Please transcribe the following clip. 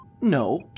no